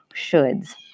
shoulds